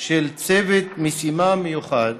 של צוות משימה מיוחד